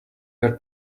your